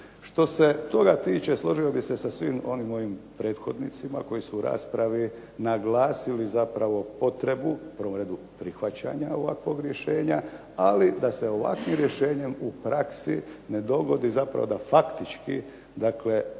Što se toga tiče složio bih se sa svim onim mojim prethodnicima koji su u raspravi naglasili potrebu, u prvom redu prihvaćanje ovakvog rješenja ali da se ovakvim rješenjem u praksi ne dogodi da faktički